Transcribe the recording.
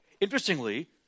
Interestingly